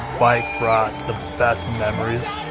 bike brought the best memories